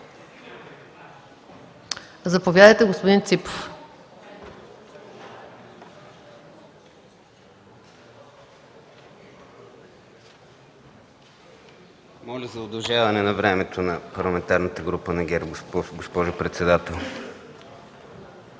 Заповядайте, господин Ципов.